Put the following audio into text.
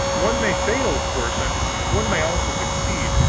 one may fail, of course and one may also succeed.